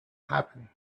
happen